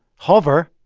hover.